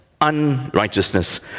unrighteousness